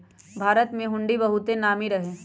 भारत में हुंडी बहुते नामी रहै